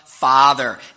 Father